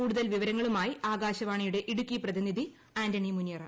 കൂടുതൽ വിവരങ്ങളുമായി ആകാശവാണി ഇടുക്കി പ്രതിനിധി ആന്റണി മുനിയറ